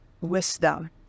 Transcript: wisdom